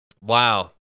Wow